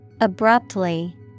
Abruptly